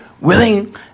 willing